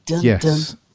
Yes